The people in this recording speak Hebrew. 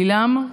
עילם,